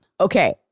Okay